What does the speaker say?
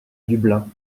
dublin